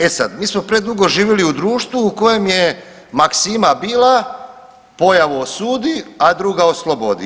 E sad, mi smo predugo živjeli u društvu u kojem je maksima bila pojavu osudi, a druga oslobodi.